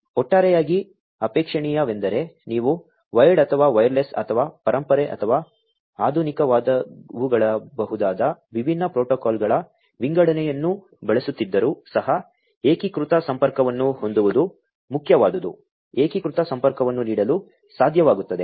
ಒಟ್ಟಾರೆಯಾಗಿ ಅಪೇಕ್ಷಣೀಯವೆಂದರೆ ನೀವು ವೈರ್ಡ್ ಅಥವಾ ವೈರ್ಲೆಸ್ ಅಥವಾ ಪರಂಪರೆ ಅಥವಾ ಆಧುನಿಕವಾದವುಗಳಾಗಬಹುದಾದ ವಿಭಿನ್ನ ಪ್ರೋಟೋಕಾಲ್ಗಳ ವಿಂಗಡಣೆಯನ್ನು ಬಳಸುತ್ತಿದ್ದರೂ ಸಹ ಏಕೀಕೃತ ಸಂಪರ್ಕವನ್ನು ಹೊಂದುವುದು ಮುಖ್ಯವಾದುದು ಏಕೀಕೃತ ಸಂಪರ್ಕವನ್ನು ನೀಡಲು ಸಾಧ್ಯವಾಗುತ್ತದೆ